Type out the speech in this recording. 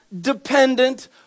dependent